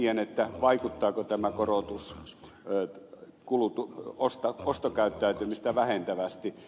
ensinnäkin vaikuttaako tämä korotus ostokäyttäytymistä vähentävästi